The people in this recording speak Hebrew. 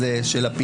תחזית